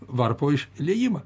varpo išliejimą